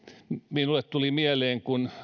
minulle tuli mieleen kun